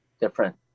different